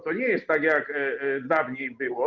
To nie jest tak, jak dawniej było.